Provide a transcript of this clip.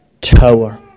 tower